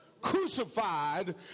Crucified